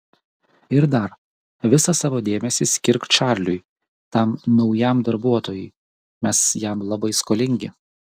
ir dar visą savo dėmesį skirk čarliui tam naujam darbuotojui mes jam labai skolingi